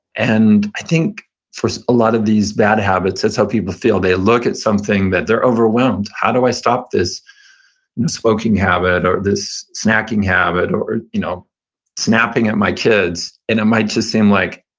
and i think for a lot of these bad habits, that's how people feel. they look at something, they're overwhelmed, how do i stop this smoking habit or this snacking habit or you know snapping at my kids? and it might just seem like,